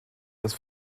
das